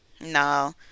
no